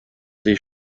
des